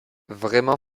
vraiment